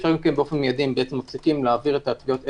אפשר באופן מיידי אם מפסיקים להעביר את טביעות האצבע.